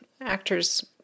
actors